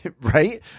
Right